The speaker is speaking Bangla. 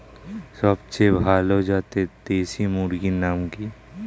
সবচেয়ে ভালো জাতের দেশি মুরগির নাম কি?